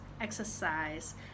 exercise